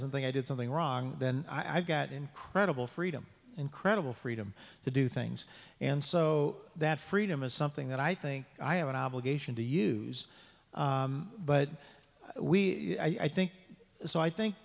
doesn't think i did something wrong then i've got incredible freedom incredible freedom to do things and so that freedom is something that i think i have an obligation to use but we i think so i think